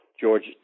George